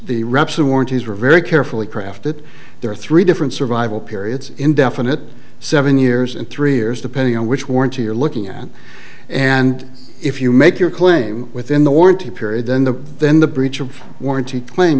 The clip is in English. the reps the warranties were very carefully crafted there are three different survival periods indefinite seven years and three years depending on which warranty you're looking at and if you make your claim within the warranty period then the then the breach of warranty claim